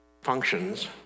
functions